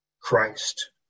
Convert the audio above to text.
Christ